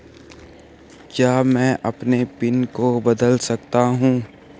क्या मैं अपने पिन को बदल सकता हूँ?